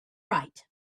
right